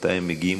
מתי הם מגיעים,